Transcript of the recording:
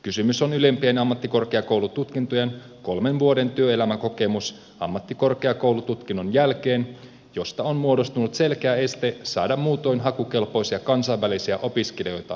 kysymyksessä on ylempien ammattikorkeakoulututkintojen kolmen vuoden työelämäkokemus ammattikorkeakoulututkinnon jälkeen josta on muodostunut selkeä este saada muutoin hakukelpoisia kansainvälisiä opiskelijoita koulutukseen